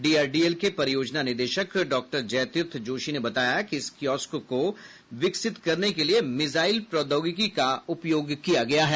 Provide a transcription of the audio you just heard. DRDL के परियोजना निदेशक डॉक्टर जयतीर्थ जोशी ने बताया कि इस किऑस्क को विकसित करने के लिए मिसाइल प्रौद्योगिकी का उपयोग किया गया है